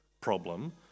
problem